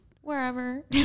wherever